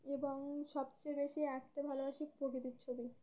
এবং সবচেয়ে বেশি আঁকতে ভালোবাসি প্রকৃতির ছবি